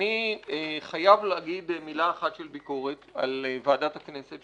אני חייב להגיד מילה אחת של ביקורת על ועדת הכנסת,